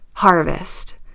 harvest